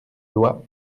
loi